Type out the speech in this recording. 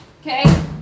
okay